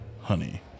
honey